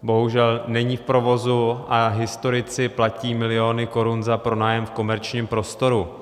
Bohužel není v provozu a historici platí miliony korun za pronájem v komerčním prostoru.